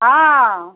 हँ